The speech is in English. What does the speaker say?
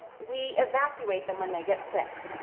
we evacuate them when they get sick,